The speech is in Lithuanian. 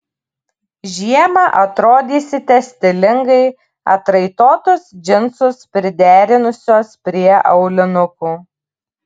žiemą atrodysite stilingai atraitotus džinsus priderinusios prie aulinukų